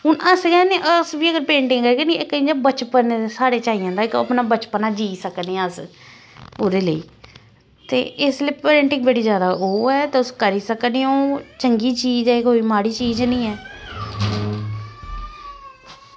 हून अस गै न अस बी अगर पेंटिंग करगे नी इक इ'यां बचपन साढ़े च आई जंदा इक अपना बचपनां जी सकनें आं अस ओह्दे लेई ते इस लेई पेंटिंग बड़ी जादा ओह् ऐ तुस करी सकने ओ चंगी चीज़ ऐ कोई माड़ी चीज़ निं ऐ